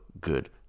good